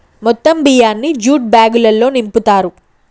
మొత్తం బియ్యాన్ని జ్యూట్ బ్యాగులల్లో నింపుతారు